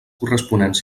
corresponents